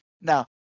Now